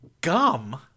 gum